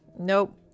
nope